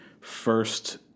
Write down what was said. first